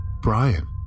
Brian